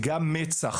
גם מצ״ח,